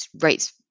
rates